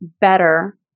better